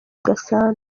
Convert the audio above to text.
gasana